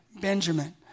Benjamin